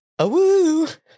Awoo